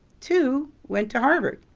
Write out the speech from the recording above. two went to harvard,